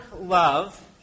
love